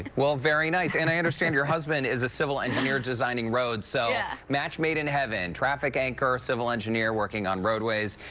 well, very nice. and i understand your husband is a civil engineer designs roads, so yeah match made in heaven, traffic anchor, civil engineer working on roadways.